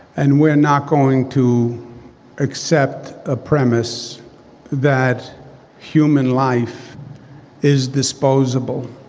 and we're not going to accept a premise that human life is disposable.